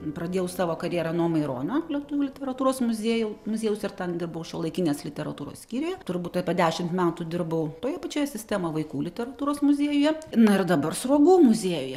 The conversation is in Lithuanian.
pradėjau savo karjerą nuo maironio lietuvių literatūros muziejau muziejaus ir ten dirbau šiuolaikinės literatūros skyriuje turbūt apie dešimt metų dirbau toje pačioje sistemo vaikų literatūros muziejuje na ir dabar sruogų muziejuje